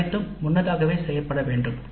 இவை அனைத்தும் செய்யப்பட வேண்டும்